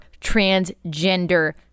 transgender